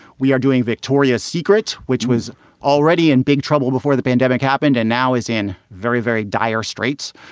we are doing victoria's secret, which was already in big trouble before the pandemic happened and now is in very, very dire straits.